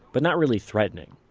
but not really threatening.